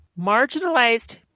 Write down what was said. marginalized